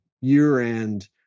year-end